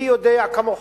מי יודע כמוך,